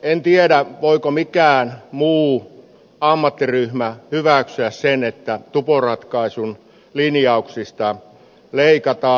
en tiedä voiko mikään muu ammattiryhmä hyväksyä sen että tuporatkaisun linjauksista leikataan